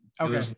Okay